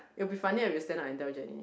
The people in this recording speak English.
it'll be funny if you stand up and tell Jenny